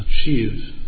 achieve